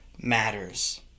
matters